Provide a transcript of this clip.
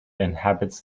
inhabits